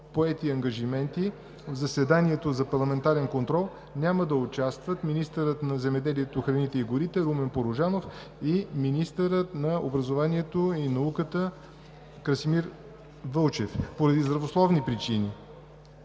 поети ангажименти в заседанието за парламентарен контрол няма да участват министърът на земеделието, храните и горите Румен Порожанов и министърът на образованието и науката Красимир Вълчев. Поради здравословни причини